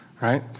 right